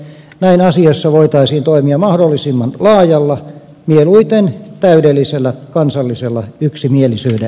näin asiassa voitaisiin toimia mahdollisimman laajalla mieluiten täydellisellä kansallisella yksimielisyydellä